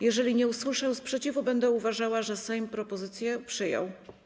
Jeżeli nie usłyszę sprzeciwu, będę uważała, że Sejm propozycję przyjął.